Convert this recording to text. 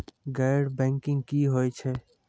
गैर बैंकिंग की होय छै?